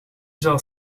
zal